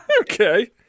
Okay